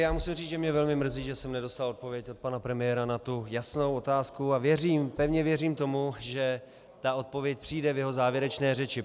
Já musím říct, že mě velmi mrzí, že jsem nedostal odpověď od pana premiéra na tu jasnou otázku, a věřím, pevně věřím tomu, že ta odpověď přijde v jeho závěrečné řeči.